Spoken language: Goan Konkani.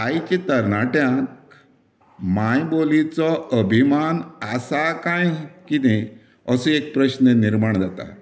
आयच्या तरणाट्यांक मांय बोलीचो अभिमान आसा कांय कितें असो एक प्रस्न निर्माण जाता